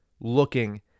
looking